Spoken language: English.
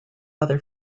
other